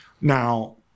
Now